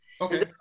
Okay